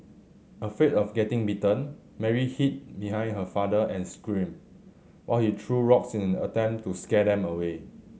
afraid of getting bitten Mary hid behind her father and screamed while he threw rocks in an attempt to scare them away